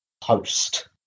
Post